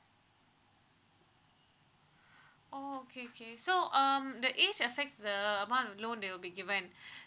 oh okay okay so um the age affects the amount of loan that will be given